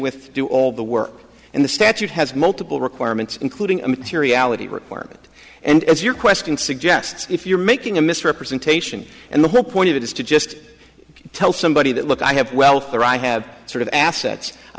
with do all the work and the statute has multiple requirements including a materiality requirement and as your question suggests if you're making a misrepresentation and the whole point of it is to just tell somebody that look i have wealth or i have sort of assets i